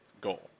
goal